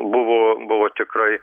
buvo buvo tikrai